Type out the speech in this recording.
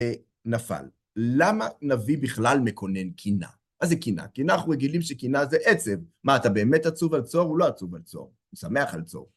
נפל. למה נביא בכלל מקונן קינה? מה זה קינה? קינה, אנחנו רגילים שקינה זה עצב. מה, אתה באמת עצוב על צור? הוא לא עצוב על צור, הוא שמח על צור.